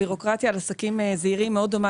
הבירוקרטיה על עסקים זעירים מאוד דומה